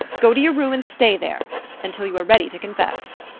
go to your room and stay there until you are ready to confess.